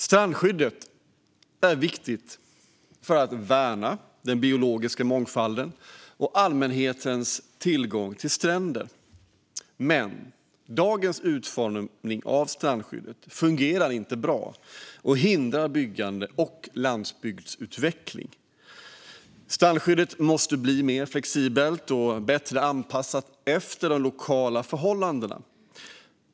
Strandskyddet är viktigt för att värna den biologiska mångfalden och allmänhetens tillgång till stränder, men dagens utformning av strandskyddet fungerar inte bra och hindrar byggande och landsbygdsutveckling. Strandskyddet måste bli mer flexibelt och bättre anpassat efter de lokala förhållandena.